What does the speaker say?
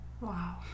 Wow